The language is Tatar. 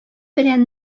белән